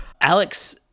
Alex